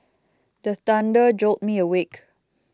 the thunder jolt me awake